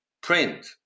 print